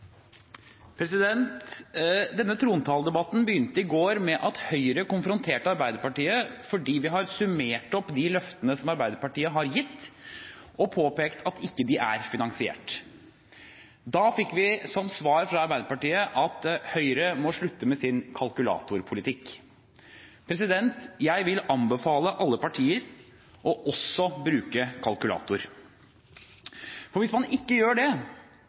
Denne trontaledebatten begynte i går med at Høyre konfronterte Arbeiderpartiet fordi vi har summert opp de løftene som Arbeiderpartiet har gitt, og påpekt at de ikke er finansiert. Da fikk vi som svar fra Arbeiderpartiet at Høyre må slutte med sin kalkulatorpolitikk. Jeg vil anbefale alle partier å bruke kalkulator. Hvis man ikke gjør det,